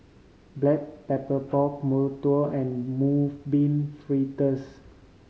Black Pepper Pork mantou and Mung Bean Fritters